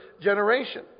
generation